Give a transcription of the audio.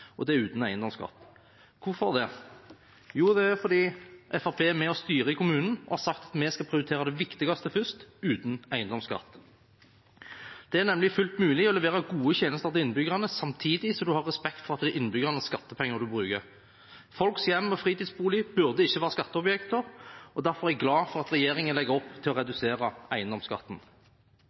sykehjemsdekning, og det uten eiendomsskatt. Hvorfor? Jo, det er fordi Fremskrittspartiet er med og styrer i kommunen og har sagt at vi skal prioritere det viktigste først, uten eiendomsskatt. Det er nemlig fullt mulig å levere gode tjenester til innbyggerne samtidig som man har respekt for at det er innbyggernes skattepenger man bruker. Folks hjem og fritidsbolig burde ikke være skatteobjekter, og derfor er jeg glad for at regjeringen legger opp til å redusere eiendomsskatten.